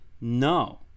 no